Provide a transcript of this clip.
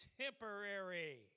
temporary